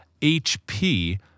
hp